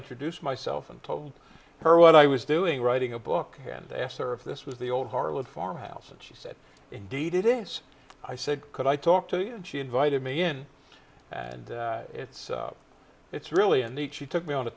introduced myself and told her what i was doing writing a book and asked her if this was the old harlot farmhouse and she said indeed it is i said could i talk to you and she invited me in and it's it's really a neat she took me on a